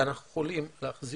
אנחנו יכולים להביא